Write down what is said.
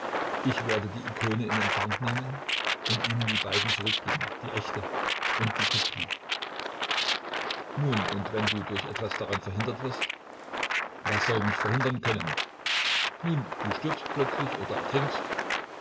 ich werde die ikone in empfang nehmen und ihnen die beiden zurückbringen die echte und die kopie nun und wenn du durch etwas daran verhindert wirst was soll mich verhindern können nun du stirbst plötzlich oder ertrinkst